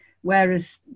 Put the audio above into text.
whereas